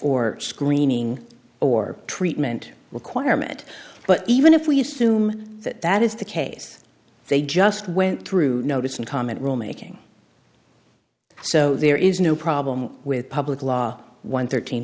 or screening or treatment requirement but even if we assume that that is the case they just went through notice and comment rule making so there is no problem with public law one thirteen